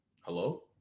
Hello